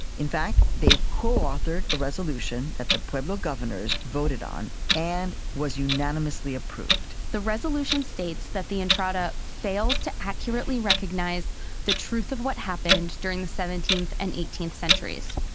in fact, they've coauthored a resolution that the pueblo governors voted on and was unanimously approved the resolution states that the entrada fails to accurately recognize the truth of what happened during the seventeenth and eighteenth centuries.